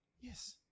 Yes